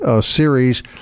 series